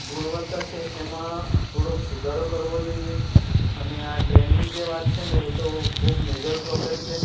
ગુણવત્તા છે એમાં થોડોક સુધારો કરવો જોઈએ અને આ ટ્રેનની જે વાત છે ને એ તો ખૂબ મેજર પ્રોબલેમ છે